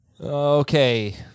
Okay